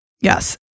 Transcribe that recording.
Yes